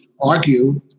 argue